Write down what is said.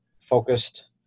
focused